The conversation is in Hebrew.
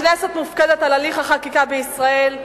הכנסת מופקדת על הליך החקיקה בישראל,